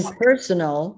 personal